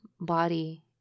body